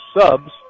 subs